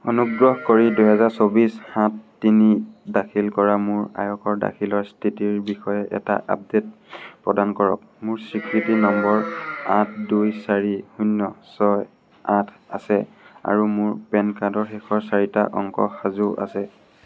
অনুগ্ৰহ কৰি দুহেজাৰ চৌবিছ সাত তিনিত দাখিল কৰা মোৰ আয়কৰ দাখিলৰ স্থিতিৰ বিষয়ে এটা আপডেট প্ৰদান কৰক মোৰ স্বীকৃতি নম্বৰ আঠ দুই চাৰি শূন্য ছয় আঠ আছে আৰু মোৰ পেন কাৰ্ডৰ শেষৰ চাৰিটা অংক সাজু আছে